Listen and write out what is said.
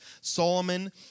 Solomon